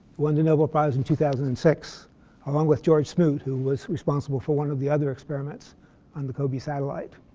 won the nobel prize in two thousand and six along with george smoot, who was responsible for one of the other experiments on the cobe satellite.